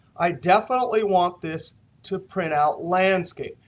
i definitely want this to print out landscape.